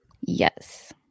Yes